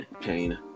pain